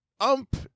ump